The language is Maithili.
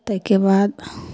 ताहिके बाद